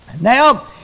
Now